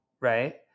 right